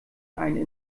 einen